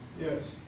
Yes